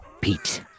Pete